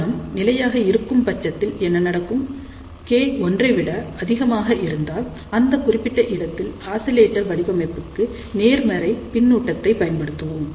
சாதனம் நிலையாக இருக்கும் பட்சத்தில் என்ன நடக்கும் k ஒன்றைவிட அதிகமாக இருந்தால் இந்த குறிப்பிட்ட இடத்தில் ஆசிலேட்டர் வடிவமைப்புக்கு நேர்மறை பின்னூட்டத்தை பயன்படுத்துவோம்